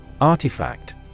Artifact